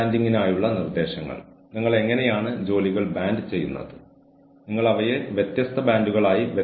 ഇപ്പോൾ നിങ്ങൾക്ക് ജീവനക്കാരന്റെ ഔട്ട്പുട്ടിന്റെ ഗുണനിലവാരം വിലയിരുത്താനുള്ള സമയമാണിത്